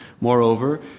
Moreover